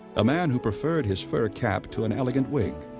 a man who preferred his fur cap to an elegant wig,